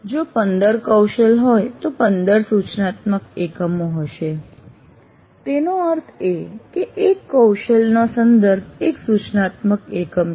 જો ૧૫ કૌશલ હોય તો 15 સૂચનાત્મક એકમો હશે તેનો અર્થ એ કે એક કૌશલના સંદર્ભ એક સૂચનાત્મક એકમ છે